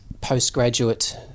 postgraduate